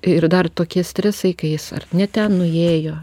ir dar tokie stresai kai jis ar ne ten nuiejo